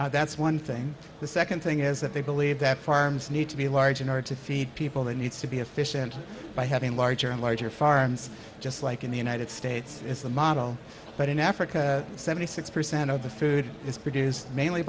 that's one thing the second thing is that they believe that farms need to be large in order to feed people the needs to be efficient by having larger and larger farms just like in the united states is the model but in africa seventy six percent of the food is produced mainly